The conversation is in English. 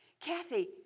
Kathy